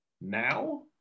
now